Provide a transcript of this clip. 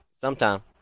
sometime